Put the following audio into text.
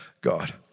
God